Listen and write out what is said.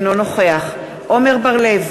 אינו נוכח עמר בר-לב,